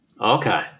Okay